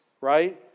right